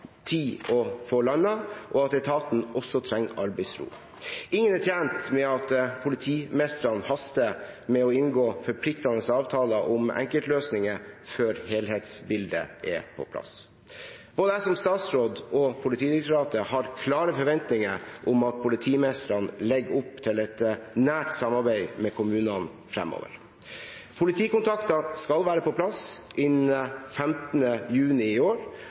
å få landet, og at etaten også trenger arbeidsro. Ingen er tjent med at politimestrene haster med å inngå forpliktende avtaler om enkeltløsninger før helhetsbildet er på plass. Både jeg som statsråd og Politidirektoratet har klare forventninger om at politimestrene legger opp til et nært samarbeid med kommunene fremover. Politikontakter skal være på plass innen 15. juni i år,